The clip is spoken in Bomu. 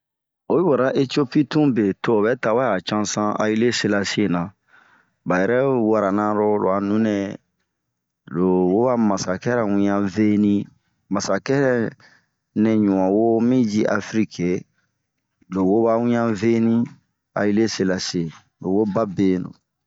Oyi wura Eciopi tun be to'obɛ tawɛ a o cansan Ali silansi na. Ba yɛrɛ wurana ,loa nunɛh lo woba masakɛra ŋiannh veni .Masakɛ nɛ ɲiuɔn woo miyii afiriki, lo wo ba ŋiann veni, Ayilisilasi ro wo Bɛɛ dɛ.